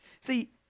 See